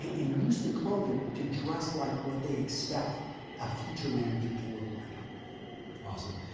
and use the clothing to dress like what they expect a future manager to look like awesome.